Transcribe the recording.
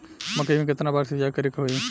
मकई में केतना बार सिंचाई करे के होई?